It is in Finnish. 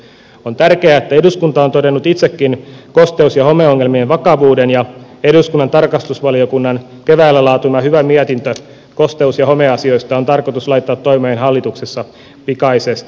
on tärkeää että eduskunta on todennut itsekin kosteus ja homeongelmien vakavuuden ja eduskunnan tarkastusvaliokunnan keväällä laatima hyvä mietintö kosteus ja homeasioista on tarkoitus laittaa toimeen hallituksessa pikaisesti